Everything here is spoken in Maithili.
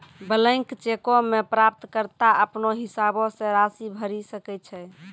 बलैंक चेको मे प्राप्तकर्ता अपनो हिसाबो से राशि भरि सकै छै